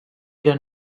era